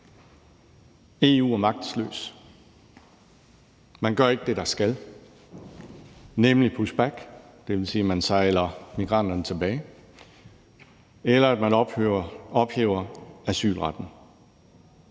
EU er magtesløst. Man gør ikke det, der skal gøres, nemlig et push back. Det vil sige, at man sejler migranterne tilbage, eller at man ophæver asylretten.